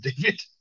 David